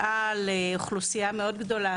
דעה לאוכלוסייה מאוד גדולה,